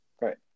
Right